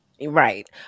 Right